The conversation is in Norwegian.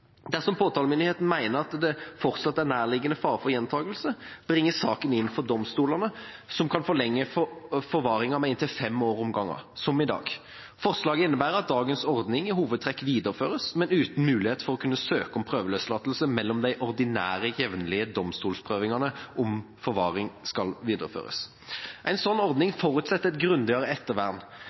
Dersom påtalemyndigheten mener at det fortsatt er nærliggende fare for gjentakelse, bringes saken inn for domstolene, som kan forlenge forvaringa med inntil fem år om gangen, som i dag. Forslaget innebærer at dagens ordning i hovedtrekk videreføres, men uten mulighet for å kunne søke om prøveløslatelse mellom de ordinære, jevnlige domstolsprøvingene om forvaring skal videreføres. En slik ordning forutsetter et grundigere ettervern,